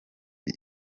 byo